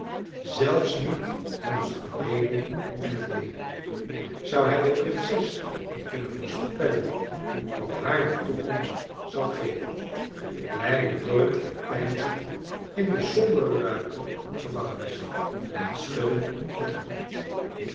zelfs niet van het verleden en het heden zou hij de prinses niet kunnen voorspellen wat haar de toekomst zal geven kleine dorrit keek peinzend in de sornbere ruimte van de gevangenis en schudde het hoofd